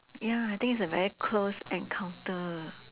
ya I think it's a very close encounter